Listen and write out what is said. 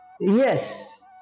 yes